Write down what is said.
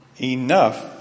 Enough